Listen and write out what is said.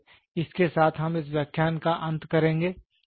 इसलिए इसके साथ हम इस व्याख्यान का अंत करेंगे